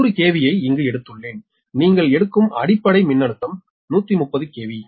நான் 100 KVயை இங்கு எடுத்துள்ளேன் நீங்கள் எடுக்கும் அடிப்படை மின்னழுத்தம் 130 KV